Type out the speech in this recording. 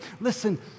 listen